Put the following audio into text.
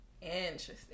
interesting